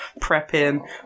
prepping